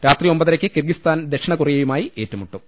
രാത്രി ഒമ്പതരയ്ക്ക് കിർഗിസ്താൻ ദക്ഷിണകൊറിയയുമായി ഏറ്റുമുട്ടും